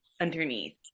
underneath